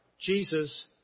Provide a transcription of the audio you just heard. Jesus